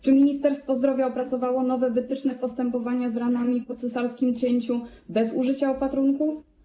Czy Ministerstwo Zdrowia opracowało nowe wytyczne postępowania z ranami po cesarskim cięciu bez użycia opatrunków?